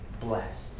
blessed